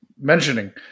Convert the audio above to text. mentioning